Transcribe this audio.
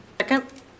Second